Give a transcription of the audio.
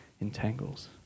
entangles